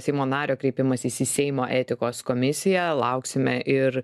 seimo nario kreipimasis į seimo etikos komisiją lauksime ir